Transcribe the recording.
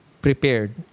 prepared